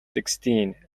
sixteen